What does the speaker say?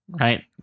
Right